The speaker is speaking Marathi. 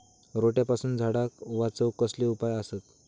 रोट्यापासून झाडाक वाचौक कसले उपाय आसत?